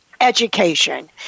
education